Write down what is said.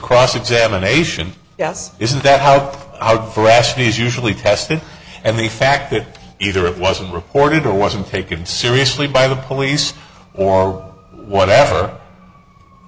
cross examination yes isn't that how fresh news usually tested and the fact that either it wasn't reported or wasn't taken seriously by the police or whatever